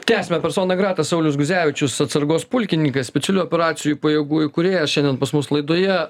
tęsiame persona grata saulius guzevičius atsargos pulkininkas specialių operacijų pajėgų įkūrėjas šiandien pas mus laidoje